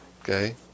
Okay